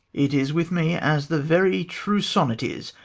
it is with me as the very true sonnet is,